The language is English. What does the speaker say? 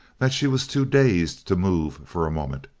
that she was too dazed to move, for a moment.